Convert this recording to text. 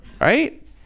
right